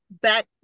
back